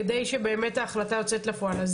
כדי לוודא שההחלטה אכן יוצאת לפועל.